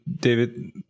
David